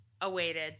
awaited